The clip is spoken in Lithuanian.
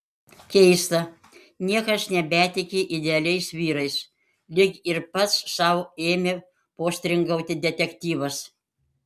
keista niekas nebetiki idealiais vyrais lyg ir pats sau ėmė postringauti detektyvas